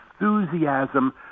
enthusiasm